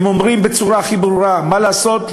הם אומרים בצורה הכי ברורה: מה לעשות,